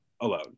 alone